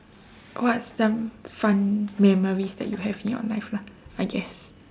what are some fun memories that you have in your life lah I guess